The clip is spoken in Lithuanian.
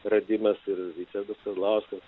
radimas ir ričardas kazlauskas